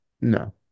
no